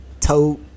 tote